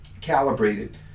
calibrated